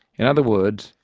in other words,